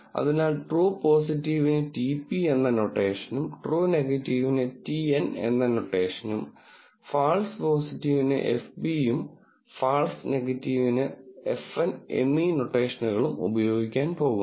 അതിനാൽ ട്രൂ പോസിറ്റീവിന് TP എന്ന നൊട്ടേഷനും ട്രൂ നെഗറ്റീവിന് TN എന്ന നൊട്ടേഷനും ഫാൾസ് പോസിറ്റീവിന് FP യും ഫാൾസ് നെഗറ്റീവിന് FN എന്നീ നൊട്ടേഷനുകൾ ഉപയോഗിക്കാൻ പോകുന്നു